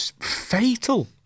fatal